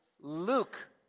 Luke